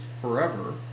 forever